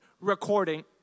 recording